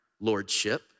lordship